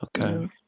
Okay